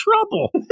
trouble